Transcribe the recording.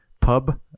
pub